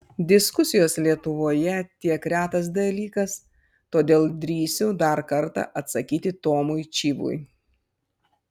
diskusijos lietuvoje tiek retas dalykas todėl drįsiu dar kartą atsakyti tomui čyvui